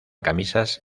camisas